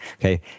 Okay